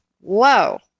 whoa